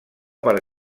per